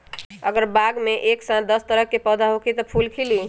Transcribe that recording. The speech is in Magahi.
अगर बाग मे एक साथ दस तरह के पौधा होखि त का फुल खिली?